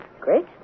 great